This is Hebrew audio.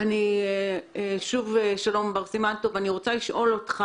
אני רוצה לשאול את בר סימן טוב.